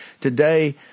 today